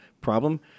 problem